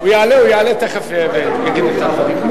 הוא יעלה תיכף ויגיד את הדברים.